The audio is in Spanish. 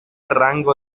rango